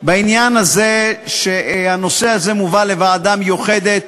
בעניין הזה שהנושא הזה מובא לוועדה מיוחדת